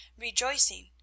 rejoicing